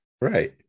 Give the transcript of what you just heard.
Right